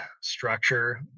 structure